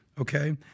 okay